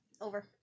Over